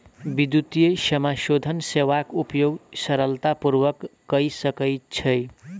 विद्युतीय समाशोधन सेवाक उपयोग सरलता पूर्वक कय सकै छै